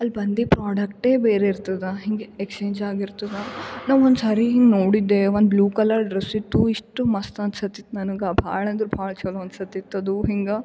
ಅಲ್ಲಿ ಬಂದ ಪ್ರಾಡಕ್ಟೇ ಬೇರೆ ಇರ್ತದೆ ಹಿಂಗೇ ಎಕ್ಸ್ಚೇಂಜ್ ಆಗಿರ್ತದೆ ನಾ ಒಂದು ಸಾರಿ ಹಿಂಗೆ ನೋಡಿದ್ದೇ ಒಂದು ಬ್ಲೂ ಕಲರ್ ಡ್ರೆಸ್ ಇತ್ತು ಎಷ್ಟು ಮಸ್ತ್ ಅನ್ಸತಿತ್ತು ನನಗೆ ಭಾಳ ಅಂದರೆ ಭಾಳ ಚಲೋ ಅನ್ಸತಿತ್ತು ಅದು ಹಿಂಗೆ